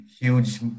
huge